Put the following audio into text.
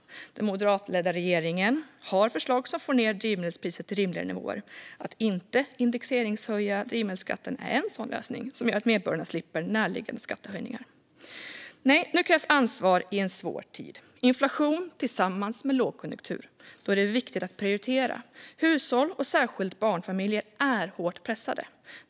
Den moderatledda regeringen har förslag som får ned drivmedelspriset till rimligare nivåer. Att inte indexeringshöja drivmedelsskatten är en sådan lösning, som gör att medborgarna slipper närliggande skattehöjningar. Nu krävs ansvar i en svår tid med inflation tillsammans med lågkonjunktur. Då är det viktigt att prioritera. Hushåll, och särskilt barnfamiljer, är hårt pressade.